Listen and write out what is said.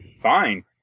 fine